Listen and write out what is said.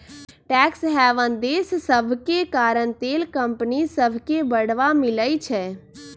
tax haven देश सभके कारण तेल कंपनि सभके बढ़वा मिलइ छै